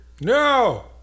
No